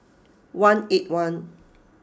one eight one